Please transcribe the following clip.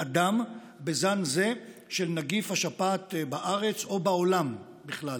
אדם בזן זה של נגיף השפעת בארץ או בעולם בכלל.